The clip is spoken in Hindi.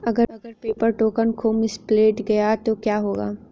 अगर पेपर टोकन खो मिसप्लेस्ड गया तो क्या होगा?